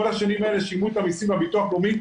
כל השנים האלה שילמו את המיסים והביטוח הלאומי,